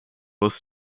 was